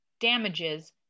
Damages